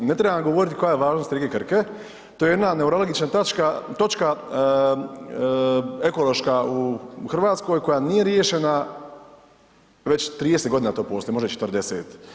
Ne trebam govoriti koja je važnost rijeke Krke to je jedna neuralagična točka ekološka u Hrvatskoj koja nije riješena, već 30 godina to postoji, možda i 40.